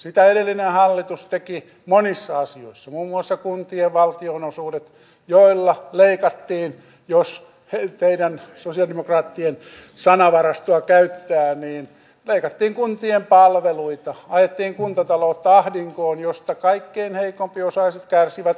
sitä edellinen hallitus teki monissa asioissa muun muassa kuntien valtionosuuksissa joilla leikattiin jos teidän sosialidemokraattien sanavarastoa käyttää kuntien palveluita ajettiin kuntataloutta ahdinkoon josta kaikkein heikko osaisimmat kärsivät kaikkein eniten